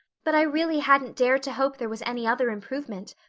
but i really hadn't dared to hope there was any other improvement.